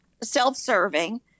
self-serving